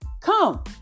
come